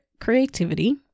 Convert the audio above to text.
creativity